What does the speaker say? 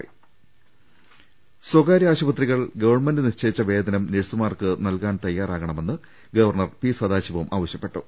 രദ്ദേഷ്ടങ സ്വകാര്യ ആശുപത്രികൾ ഗവൺമെന്റ് നിശ്ചയിച്ച വേതനം നഴ്സുമാർക്ക് നൽകാൻ തയ്യാറാകണമെന്ന് ഗവർണർ പി സദാശിവം ആവശ്യപ്പെട്ടു